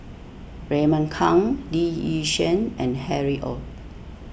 Raymond Kang Lee Yi Shyan and Harry Ord